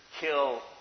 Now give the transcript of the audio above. kill